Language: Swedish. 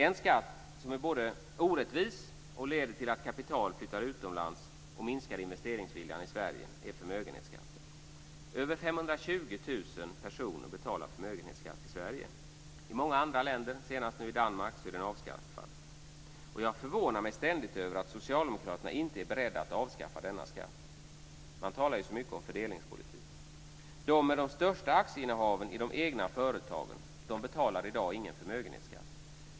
En skatt som är såväl orättvis som leder till att kapital flyttas utomlands samt minskar investeringsviljan i Sverige är förmögenhetsskatten. Över 520 000 personer betalar förmögenhetsskatt i Sverige. I många andra länder, senast nu i Danmark, är den avskaffad. Jag förvånar mig ständigt över att Socialdemokraterna inte är beredda att avskaffa denna skatt. Man talar ju så mycket om fördelningspolitik. De med de största aktieinnehaven i de egna företagen betalar i dag ingen förmögenhetsskatt.